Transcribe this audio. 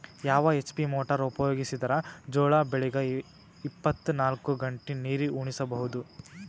ಯಾವ HP motor ಉಪಯೋಗಿಸಿದರ ಜೋಳ ಬೆಳಿಗ ಇಪ್ಪತ ನಾಲ್ಕು ಗಂಟೆ ನೀರಿ ಉಣಿಸ ಬಹುದು?